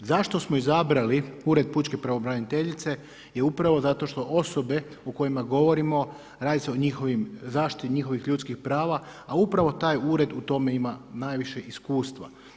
Zašto smo izabrali Ured pučke pravobraniteljice je upravo zato što osobe o kojima govorimo radi se o njihovoj zaštiti njihovih ljudskih prava a upravo taj ured u tome ima najviše iskustva.